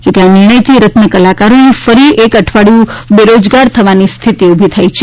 જોકે આ નિર્ણયથી રત્ન કલાકારોને ફરી એક અઠવાડિયું બેરોજગાર થવાની સ્થિતિ ઊભી થઈ છે